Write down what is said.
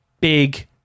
big